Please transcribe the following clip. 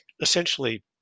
essentially